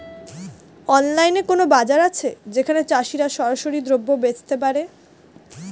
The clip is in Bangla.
অনলাইনে কোনো বাজার আছে যেখানে চাষিরা সরাসরি দ্রব্য বেচতে পারে?